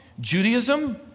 Judaism